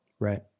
right